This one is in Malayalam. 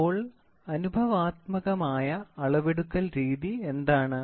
അപ്പോൾ അനുഭവാത്മകമായ അളവെടുക്കൽ രീതി എന്താണ്